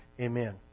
Amen